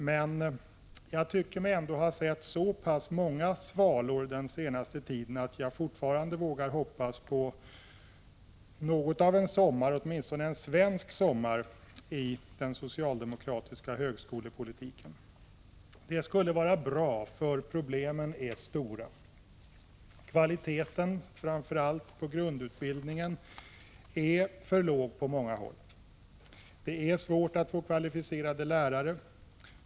Men jag tycker mig ändå ha sett så pass många svalor den senaste tiden att jag fortfarande vågar hoppas på något av en sommar, åtminstone en svensk sommar i den socialdemokratiska högskolepolitiken. Det skulle vara bra, för problemen är stora. Kvaliteten i framför allt grundutbildningen är för låg på många håll. Det är svårt att få kvalificerade lärare.